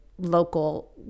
local